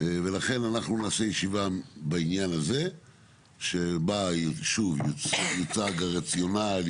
ולכן אנחנו נעשה ישיבה בעניין הזה שבה שוב יוצג הרציונל,